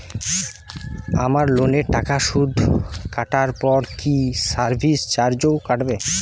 আমার লোনের টাকার সুদ কাটারপর কি সার্ভিস চার্জও কাটবে?